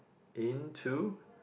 into